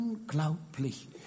unglaublich